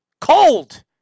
Cold